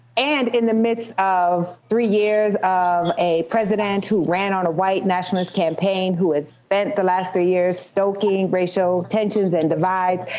and in the midst of three years of a president who ran on a white nationalist campaign, who has spent the last three years stoking racial tensions and divides.